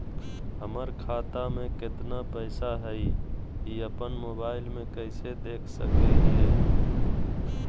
हमर खाता में केतना पैसा हई, ई अपन मोबाईल में कैसे देख सके हियई?